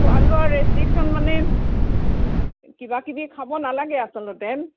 খোৱা লোৱাৰ ৰেষ্ট্ৰিকশ্যন মানে কিবাকিবি খাব নালাগে আচলতে